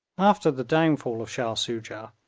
after the downfall of shah soojah,